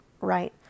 right